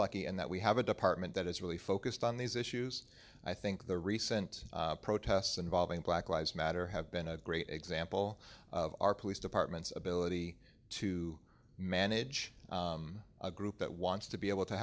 lucky in that we have a department that is really focused on these issues i think the recent protests involving black lives matter have been a great example of our police department's ability to manage a group that wants to be able to